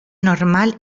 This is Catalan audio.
normal